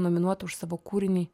nominuota už savo kūrinį